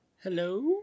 Hello